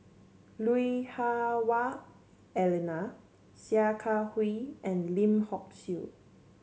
Lui Hah Wah Elena Sia Kah Hui and Lim Hock Siew